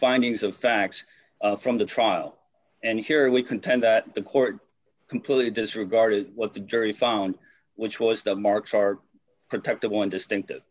findings of facts from the trial and here we contend that the court completely disregarded what the jury found which was the marks are protected one distinctive